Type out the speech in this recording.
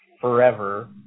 forever